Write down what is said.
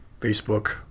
facebook